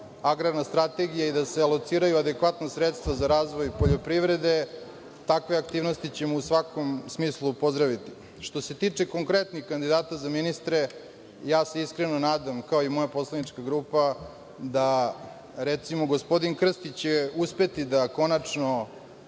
agrarna strategija i da se lociraju adekvatna sredstva za razvoj poljoprivrede. Takve aktivnosti ćemo u svakom smislu pozdraviti. Što se tiče konkretnih kandidata za ministre, ja se iskreno nadam, kao i moja poslanička grupa, da, recimo, gospodin Krstić će uspeti da konačno